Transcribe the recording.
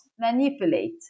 manipulate